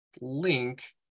link